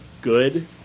good